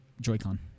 Joy-Con